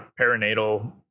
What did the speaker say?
perinatal